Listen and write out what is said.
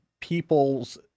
people's